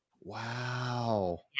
Wow